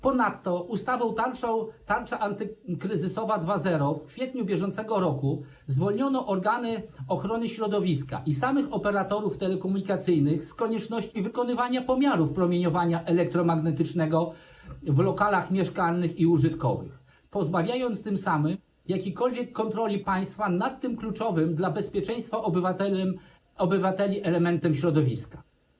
Ponadto ustawą - tarcza antykryzysowa 2.0 w kwietniu br. zwolniono organy ochrony środowiska i samych operatorów telekomunikacyjnych z konieczności wykonywania pomiarów promieniowania elektromagnetycznego w lokalach mieszkalnych i użytkowych, pozbawiając tym samym państwo jakiejkolwiek kontroli nad tym kluczowym dla bezpieczeństwa obywateli elementem środowiska.